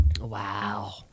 Wow